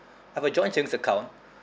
I've a joint savings account